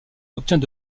obtient